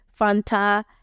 Fanta